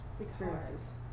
experiences